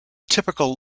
typical